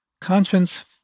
conscience